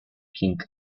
king